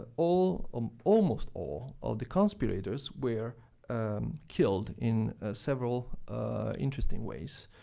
all um almost all of the conspirators were killed in several interesting ways.